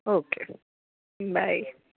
okay bye